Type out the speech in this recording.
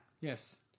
Yes